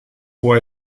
può